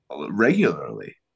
regularly